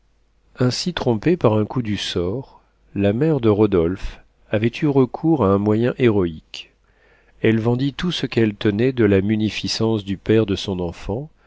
ainsi trompée par un coup du sort la mère de rodolphe avait eu recours à un moyen héroïque elle vendit tout ce qu'elle tenait de la munificence du père de son enfant